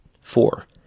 Four